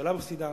הממשלה מפסידה,